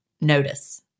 notice